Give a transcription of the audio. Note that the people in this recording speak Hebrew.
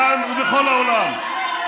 כאן ובכל העולם.